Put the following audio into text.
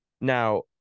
now